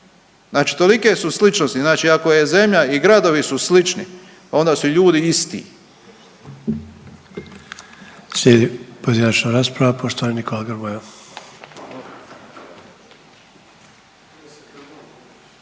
Znači tolike su sličnosti, znači ako je zemlja i gradovi su slični, onda su ljudi isti.